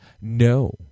No